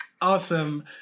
Awesome